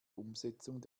umsetzung